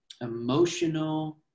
emotional